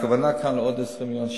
הכוונה כאן היא לעוד 20 מיליון שקל,